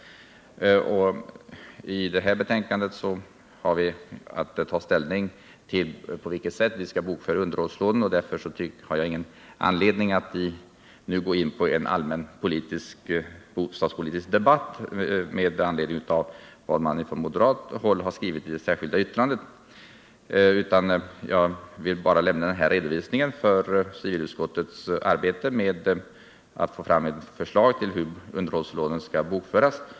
Vi har i betänkandet haft att ta ställning till på vilket sätt vi skall bokföra underhållslånen. Jag ser därför inget skäl att gå in i en allmän bostadspolitisk debatt med anledning av vad moderaterna skrivit i sitt särskilda yttrande. Jag har bara velat lämna denna redovisning av civilutskottets arbete med att få fram ett förslag till hur underhållslånen skall bokföras.